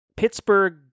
Pittsburgh